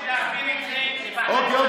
אוקיי,